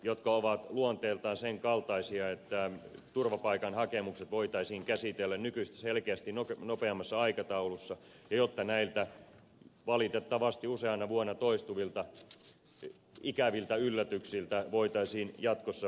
lisäykset ovat luonteeltaan sen kaltaisia että turvapaikkahakemukset voitaisiin käsitellä nykyistä selkeästi nopeammassa aikataulussa ja näiltä valitettavasti useana vuonna toistuvilta ikäviltä yllätyksiltä voitaisiin jatkossa välttyä